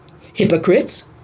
hypocrites